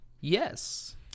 Yes